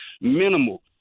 minimal